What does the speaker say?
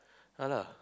ya lah